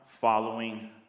following